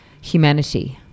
Humanity